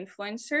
influencer